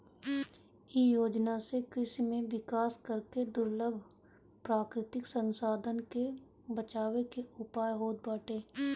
इ योजना से कृषि में विकास करके दुर्लभ प्राकृतिक संसाधन के बचावे के उयाय होत बाटे